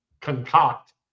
concoct